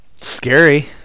scary